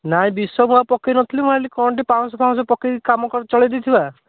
ନାଇଁ ବିଷ ମୁଁ ବା ପକାଇନଥିଲି ମୁଁ ଭାବିଲି କ'ଣ ଟିକିଏ ପାଉଁଶ ଫାଉଁଶ ପକାଇକି କାମ ଚଳାଇ ଦେଇଥିବା